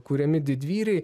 kuriami didvyriai